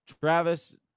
travis